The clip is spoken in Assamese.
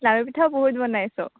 লাড়ু পিঠাও বহুত বনাইছোঁ